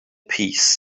peace